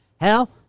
Hell